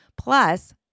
plus